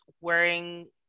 wearing